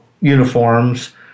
uniforms